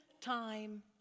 time